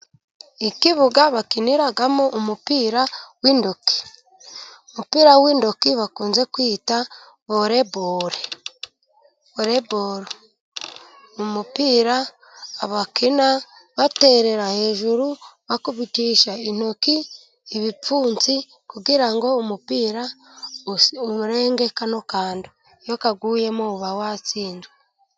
Ikibuga bakiniramo umupira w'intoki. Umupira w'intoki bakunze kwita voreboro. Voreboro ni umupira bakina baterera hejuru, bakubitisha intoki, ibipfunsi kugira ngo umupira urenge kano kantu. Iyo kaguyemo uba watsinzwe.